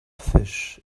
fish